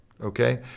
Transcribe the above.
Okay